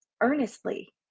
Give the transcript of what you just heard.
earnestly